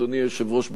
אדוני היושב-ראש,